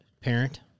parent